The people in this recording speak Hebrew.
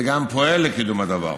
וגם פועל לקידום הדבר,